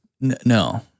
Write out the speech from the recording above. no